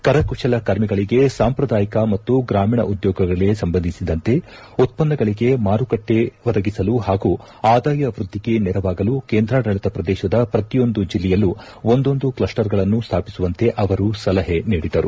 ಕರಕುಶಲಕರ್ಮಿಗಳಿಗೆ ಸಾಂಪ್ರದಾಯಿಕ ಮತ್ತು ಗ್ರಾಮೀಣ ಉದ್ಯೋಗಗಳಿಗೆ ಸಂಬಂಧಿಸಿದಂತೆ ಉತ್ಪನ್ನಗಳಿಗೆ ಮಾರುಕಟ್ಟೆ ಒದಗಿಸಲು ಹಾಗೂ ಆದಾಯ ವ್ವದ್ಗಿಗೆ ನೆರವಾಗಲು ಕೇಂದ್ರಾಡಳಿತ ಪ್ರದೇಶದ ಪ್ರತಿಯೊಂದು ಜಿಲ್ಲೆಯಲ್ಲೂ ಒಂದೊಂದು ಕ್ಲಸ್ಟರ್ಗಳನ್ನು ಸ್ಥಾಪಿಸುವಂತೆ ಅವರು ಸಲಹೆ ನೀಡಿದರು